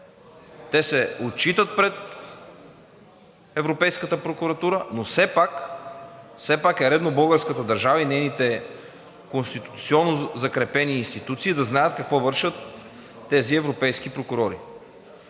те се отчитат пред Европейската прокуратура, но все пак е редно българската държава и нейните конституционно закрепени институции да знаят какво вършат тези европейски прокурори.